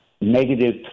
negative